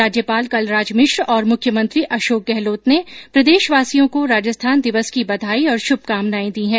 राज्यपाल कलराज मिश्र और मुख्यमंत्री अशोक गहलोत ने प्रदेशवासियों को राजस्थान दिवस की बधाई और शुभकामनाएं दी है